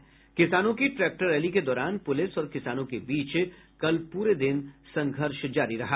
दिल्ली में किसानों की ट्रैक्टर रैली के दौरान पुलिस और किसानों के बीच कल पूरे दिन संघर्ष जारी रहा